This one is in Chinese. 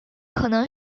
可能